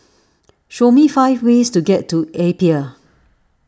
show me five ways to get to Apia